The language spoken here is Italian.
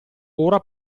ora